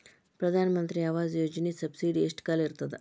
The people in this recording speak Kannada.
ಪ್ರಧಾನ ಮಂತ್ರಿ ಆವಾಸ್ ಯೋಜನಿ ಸಬ್ಸಿಡಿ ಎಷ್ಟ ಕಾಲ ಇರ್ತದ?